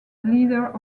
leader